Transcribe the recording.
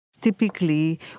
Typically